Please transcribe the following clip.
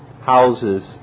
houses